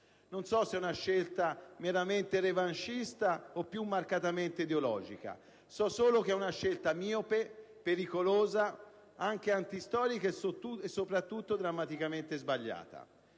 Non so se sia una scelta meramente revanchista o più marcatamente ideologica; so solo che è una scelta miope, pericolosa, anche antistorica e, soprattutto, drammaticamente sbagliata.